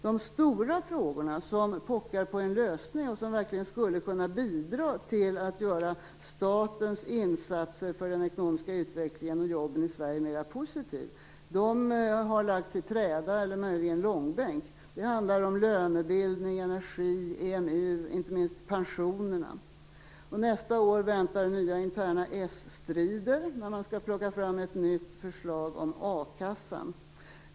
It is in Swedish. De stora frågorna som pockar på svar och som verkligen skulle kunna bidra till att göra statens insatser för den ekonomiska utvecklingen och jobben i Sverige mer positiva har lagts i träda, eller möjligen dragits i långbänk. Det handlar om lönebildning, energi, EMU och inte minst pensionerna. Nästa år väntar nya interna s-strider när man skall plocka fram ett nytt förslag om a-kassan. Fru talman!